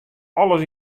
alles